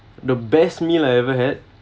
the best meal I ever had